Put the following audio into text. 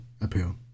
appeal